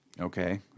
Okay